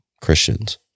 Christians